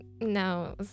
no